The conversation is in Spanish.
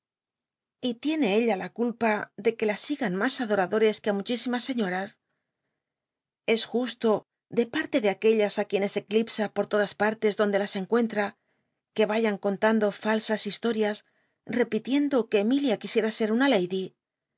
y tiene ella la culpa de que la sigan mas ado radores que a muchísimas seiíoras es justo de parle de aquellas ü quienes eclipsa por todas parles donde las encuentra que vayan contando falsas historias epi tiendo ue emilia ui icra ser una